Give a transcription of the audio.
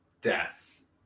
deaths